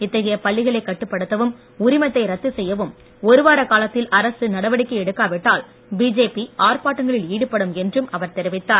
இத்தகைய பள்ளிகளை கட்டுப்படுத்தவும் உரிமத்தை ரத்து செய்யவும் ஒருவார காலத்தில் அரசு நடவடிக்கை எடுக்காவிட்டால் பிஜேபி ஆர்ப்பாட்டங்களில் ஈடுபடும் என்றும் அவர் தெரிவித்தார்